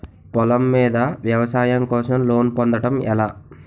పొలం మీద వ్యవసాయం కోసం లోన్ పొందటం ఎలా?